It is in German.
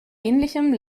ähnlichem